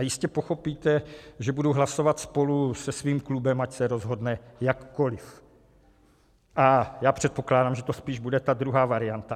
Jistě pochopíte, že budu hlasovat spolu se svým klubem, ať se rozhodne jakkoliv, a předpokládám, že to spíš bude ta druhá varianta.